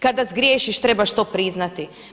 Kada zgriješit trebaš to priznati.